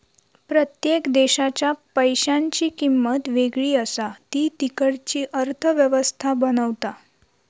प्रत्येक देशाच्या पैशांची किंमत वेगळी असा ती तिकडची अर्थ व्यवस्था बनवता